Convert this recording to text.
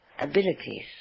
abilities